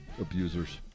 abusers